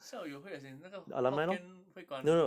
校友会 as in 那个 hokkien 会馆